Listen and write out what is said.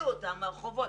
תוציאו אותם מהרחובות.